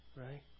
right